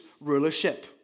rulership